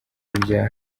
ibya